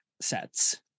sets